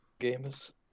Gamers